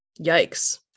Yikes